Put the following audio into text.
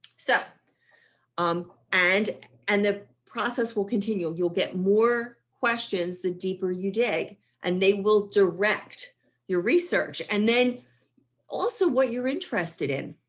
so um and and the process will continue. you'll get more questions. the deeper you day and they will direct your research and then also what you're interested in.